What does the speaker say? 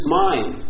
mind